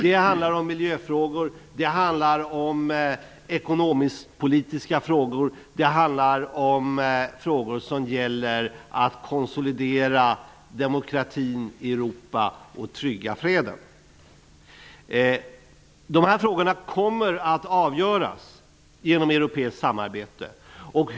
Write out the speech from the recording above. Det handlar om miljöfrågor, ekonomiskpolitiska frågor och frågor som gäller att konsolidera demokratin i Europa och trygga freden. Dessa frågor kommer att avgöras genom europeiskt samarbete.